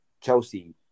Chelsea